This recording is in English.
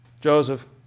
Joseph